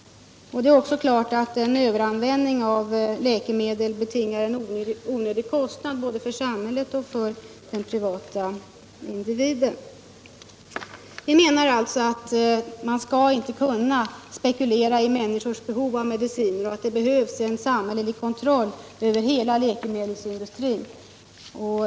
Det är klart att en överanvändning av läkemedel betingar en onödig kostnad för såväl samhället som den privata individen. Vi menar alltså att man inte skall kunna spekulera i människors behov av mediciner och att det behövs en samhällelig kontroll av hela läkemedelsindustrin.